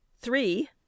three